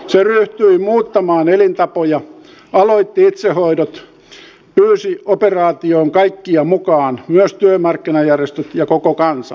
se ryhtyi muuttamaan elintapoja aloitti itsehoidot pyysi operaatioon kaikkia mukaan myös työmarkkinajärjestöt ja koko kansan